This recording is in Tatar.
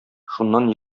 шуннан